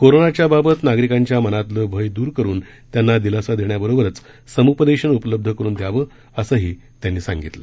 कोरोनाच्या बाबत नागरिकांच्या मनातलं भय दूर करुन त्यांना दिलासा देण्याबरोबरच सम्पदेशन उपलब्ध करुन देण्यात यावं असही त्यांनी यावेळी सांगितलं